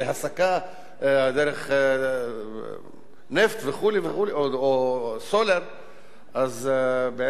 להסקה דרך נפט או סולר וכו',